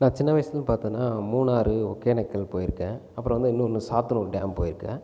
நான் சின்ன வயசில் இருந்து பார்த்தன்னா மூணாறு ஒகேனக்கல் போயிருக்கேன் அப்புறம் வந்து இன்னொன்னு சாத்தனூர் டேம் போயிருக்கேன்